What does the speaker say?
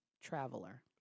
traveler